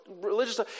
religious